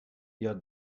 your